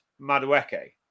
Madueke